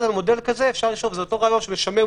זה אותו רעיון של לשמר,